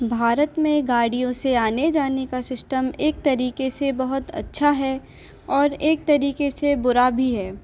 भारत में गाड़ियों से आने जाने का सिस्टम एक तरीके से बहुत अच्छा है और एक तरीके से बुरा भी है